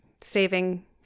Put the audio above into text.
saving